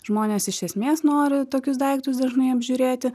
žmonės iš esmės nori tokius daiktus dažnai apžiūrėti